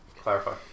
Clarify